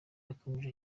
yakomeje